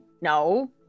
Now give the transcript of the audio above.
no